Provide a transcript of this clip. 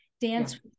dance